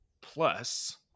plus